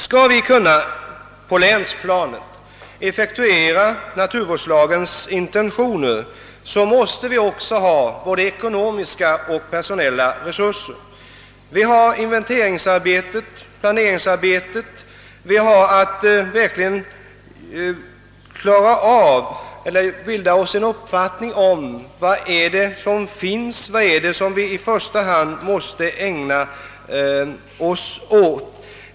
Skall vi på länsplanet kunna effektuera naturvårdslagens intentioner måste vi också ha ekonomiska och personella resurser för inventeringsarbetet, för planeringsarbetet och för att kunna bilda oss en uppfattning om vad det är vi i första hand måste ägna vår uppmärksamhet.